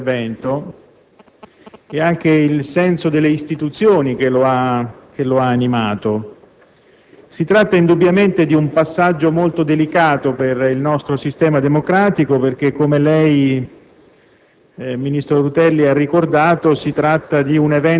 ha apprezzato molto l'equilibrio del suo intervento e anche il senso delle istituzioni che lo ha animato. Si tratta, indubbiamente, di un passaggio molto delicato per il nostro sistema democratico perché, come il